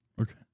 Okay